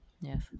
Yes